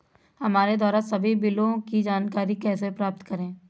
हमारे द्वारा सभी बिलों की जानकारी कैसे प्राप्त करें?